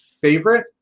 favorite